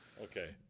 Okay